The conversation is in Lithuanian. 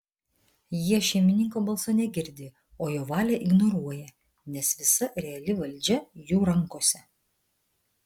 jie šeimininko balso negirdi o jo valią ignoruoja nes visa reali valdžia jų rankose